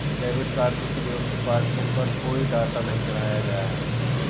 debit card के प्रयोग से पासबुक पर कोई डाटा नहीं चढ़ाया गया है